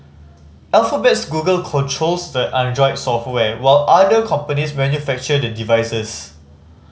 Alphabet's Google controls the Android software while other companies manufacture the devices